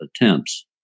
attempts